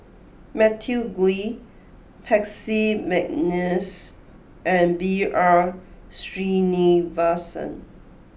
Matthew Ngui Percy McNeice and B R Sreenivasan